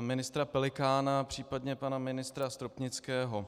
ministra Pelikána, případně pana ministra Stopnického.